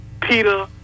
Peter